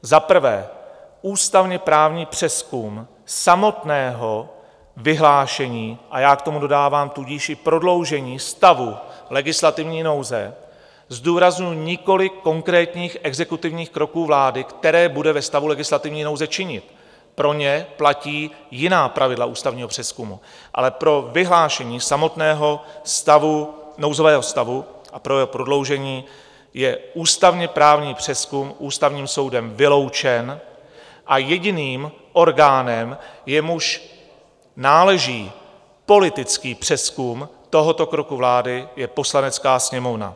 Za prvé, ústavněprávní přezkum samotného vyhlášení a já k tomu dodávám: tudíž i prodloužení stavu legislativní nouze, zdůrazňuji, nikoliv konkrétních exekutivních kroků vlády, které bude ve stavu legislativní nouze činit, pro ně platí jiná pravidla ústavního přezkumu ale pro vyhlášení samotného nouzového stavu a pro jeho prodloužení je ústavněprávní přezkum Ústavním soudem vyloučen a jediným orgánem, jemuž náleží politický přezkum tohoto kroku vlády, je Poslanecká sněmovna.